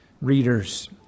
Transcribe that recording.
readers